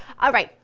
alright,